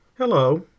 Hello